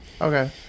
okay